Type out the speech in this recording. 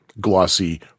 glossy